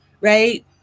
Right